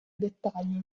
dettaglio